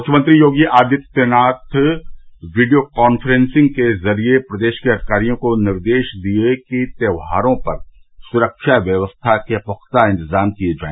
मुख्यमंत्री Yogi Adityanath video conferencing के जरिये प्रदेश के अधिकारियों को निर्देश दिये कि त्यौहारों पर सुख्वा व्यवस्था के पुख्ता इंतजाम किये जाए